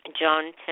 John